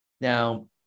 Now